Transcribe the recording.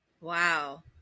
Wow